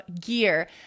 gear